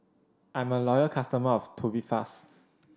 I'm a loyal customer of Tubifast